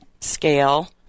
scale